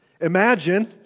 Imagine